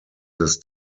this